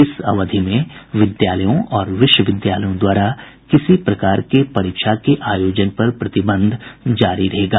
इस अवधि में विद्यालयों और विश्वविद्यालयों द्वारा किसी भी परीक्षा के आयोजन पर प्रतिबंध जारी रहेगा